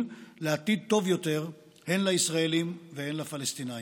לעתיד טוב יותר הן לישראלים והן לפלסטינים.